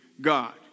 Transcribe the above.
God